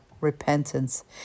repentance